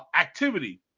activity